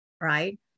right